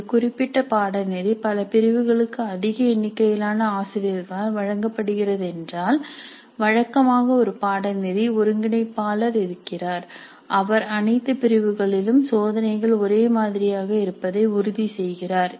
ஒரு குறிப்பிட்ட பாடநெறி பல பிரிவுகளுக்கு அதிக எண்ணிக்கையிலான ஆசிரியர்களால் வழங்கப்படுகிறதென்றால் வழக்கமாக ஒரு பாடநெறி ஒருங்கிணைப்பாளர் இருக்கிறார் அவர் அனைத்து பிரிவுகளிலும் சோதனைகள் ஒரே மாதிரியாக இருப்பதை உறுதிசெய்கிறார்